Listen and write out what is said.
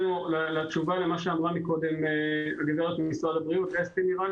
בתשובה למה שאמרה קודם הגברת ממשרד הבריאות, נראה